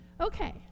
Okay